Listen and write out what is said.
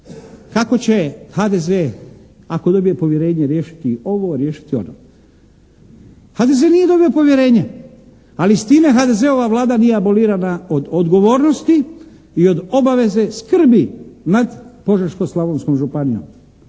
Tako će HDZ, ako dobije povjerenje, riješiti ovo, riješiti ono. HDZ nije dobio povjerenje, ali s time HDZ-ova Vlada nije abolirana od odgovornosti i od obaveze skrbi nad Požeško-slavonskom županijom,